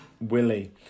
Willie